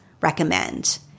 Recommend